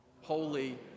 holy